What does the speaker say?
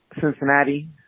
Cincinnati